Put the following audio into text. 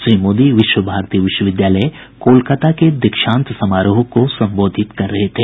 श्री मोदी विश्व भारती विश्वविद्यालय कोलाकाता के दीक्षांत समारोह को संबोधित कर रहे थे